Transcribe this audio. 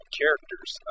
characters